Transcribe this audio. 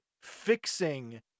fixing